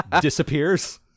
disappears